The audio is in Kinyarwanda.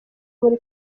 muri